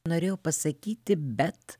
norėjau pasakyti bet